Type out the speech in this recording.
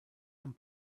and